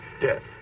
death